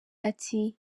ati